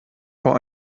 vor